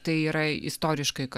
tai yra istoriškai kad